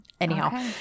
anyhow